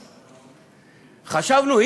חשבנו,